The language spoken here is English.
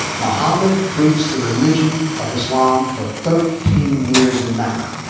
mohammed preached the religion of islam for thirteen years in mecca.